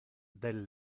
del